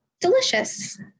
delicious